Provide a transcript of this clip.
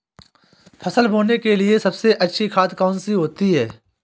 फसल बोने के लिए सबसे अच्छी खाद कौन सी होती है?